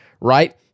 right